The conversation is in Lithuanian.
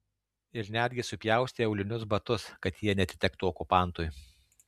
ir netgi supjaustė aulinius batus kad jie neatitektų okupantui